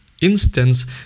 instance